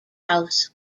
house